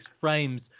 frames